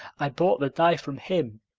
i bought the dye from him.